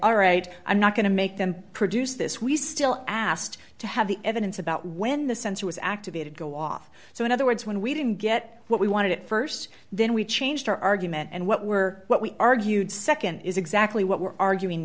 all right i'm not going to make them produce this we still asked to have the evidence about when the sensor was activated go off so in other words when we didn't get what we wanted at st then we changed our argument and what we're what we argued nd is exactly what we're arguing